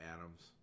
Adams